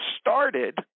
started